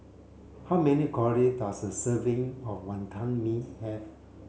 how many calorie does a serving of Wantan Mee have